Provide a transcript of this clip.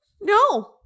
no